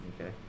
Okay